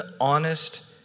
honest